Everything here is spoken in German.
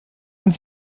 sind